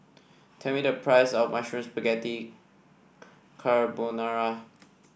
tell me the price of Mushroom Spaghetti Carbonara